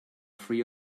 free